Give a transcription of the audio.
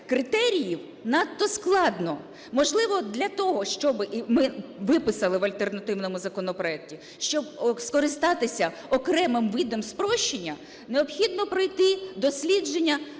критеріїв надто складно. Можливо, для того, щоби і ми виписали в альтернативному законопроекті, щоб скористатися окремим видом прощення, необхідно пройти дослідження